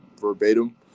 verbatim